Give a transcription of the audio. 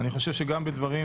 אני חושב שגם בדברים